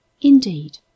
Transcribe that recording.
Indeed